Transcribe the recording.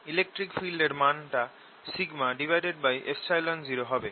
electric field এর মানটা 0 হবে